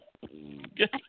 Good